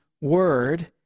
word